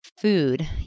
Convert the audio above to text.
food